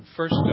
First